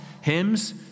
hymns